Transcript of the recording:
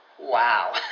Wow